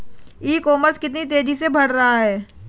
ई commerce कितनी तेजी से बढ़ रहा है?